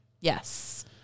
Yes